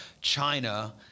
China